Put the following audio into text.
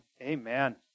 amen